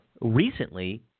recently